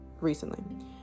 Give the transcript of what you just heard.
recently